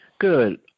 Good